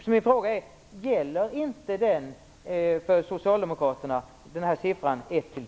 Min fråga är: Gäller inte siffran 1-10 för socialdemokraterna?